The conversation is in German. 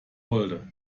wollte